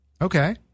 Okay